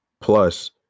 Plus